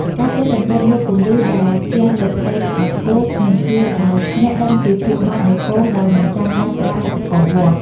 ការចេះសង្កេតមើលពន្លឺដែលជះលើផ្ទៃទឹកដោះគោនឹងជួយឱ្យអ្នកដឹងពីភាពម៉ត់នៃហ្វូមដោយមិនចាំបាច់ប្រើឧបករណ៍វាស់។